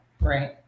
Right